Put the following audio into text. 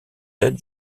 être